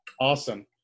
Awesome